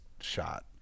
shot